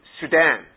Sudan